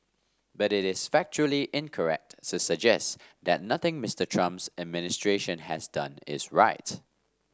but it is factually incorrect suggest that nothing Mister Trump's administration has done is right